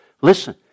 Listen